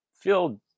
feel